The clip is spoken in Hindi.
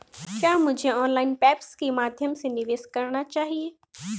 क्या मुझे ऑनलाइन ऐप्स के माध्यम से निवेश करना चाहिए?